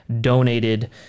donated